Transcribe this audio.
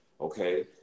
Okay